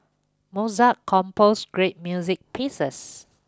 Mozart composed great music pieces